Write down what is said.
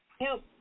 help